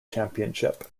championship